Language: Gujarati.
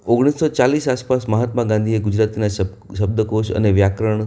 ઓગણીસો ચાલીસ આસપાસ મહાત્મા ગાંધીએ ગુજરાતીના શબ્દ શબ્દકોષ અને વ્યાકરણ